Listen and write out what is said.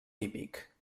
típic